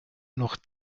noch